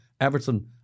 Everton